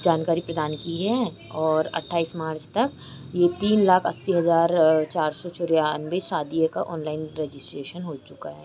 जानकारी प्रदान की है और अट्ठाईस मार्च तक यह तीन लाख अस्सी हज़ार चार सौ चौरानवे शादियों का ऑनलाइन रजिस्ट्रेशन हो चुका है